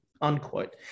unquote